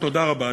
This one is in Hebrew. תודה רבה.